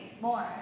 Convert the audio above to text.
more